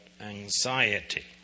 anxiety